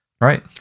Right